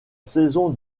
saison